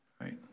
right